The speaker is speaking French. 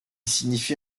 signifie